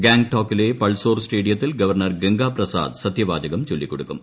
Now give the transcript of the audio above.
ഗാങ്ടോക്കിലെ പൾസോർ സ്റ്റേഡിയത്തിൽ ഗവർണ്ണർ ഗംഗാപ്രസാദ് സത്യവാചകം ചൊല്ലിക്കൊടുക്കും